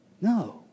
No